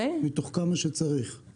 מתוך כמה שצריך?